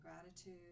gratitude